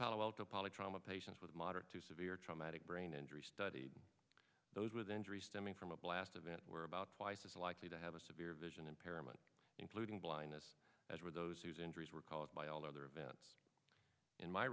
palo alto poly trauma patients with moderate to severe traumatic brain injury study those with injuries stemming from a blast event were about twice as likely to have a severe vision impairment including blindness as were those whose injuries were caused by all other events in my